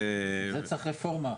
בגלל זה צריך רפורמה.